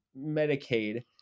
Medicaid